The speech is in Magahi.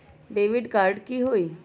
डेबिट कार्ड की होई?